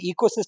ecosystem